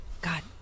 God